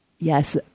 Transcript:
Yes